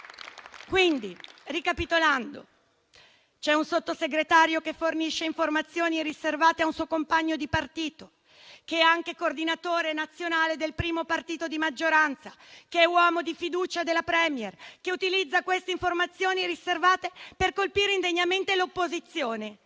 Ministro, ricapitolando, c'è un Sottosegretario che fornisce informazioni riservate a un suo compagno di partito, che è anche coordinatore nazionale del primo partito di maggioranza, che è uomo di fiducia della *Premier*, che utilizza queste informazioni riservate per colpire indegnamente l'opposizione.